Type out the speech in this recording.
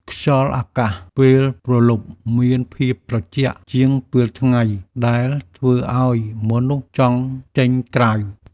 ខ្យល់អាកាសពេលព្រលប់មានភាពត្រជាក់ជាងពេលថ្ងៃ ដែលធ្វើឱ្យមនុស្សចង់ចេញក្រៅ។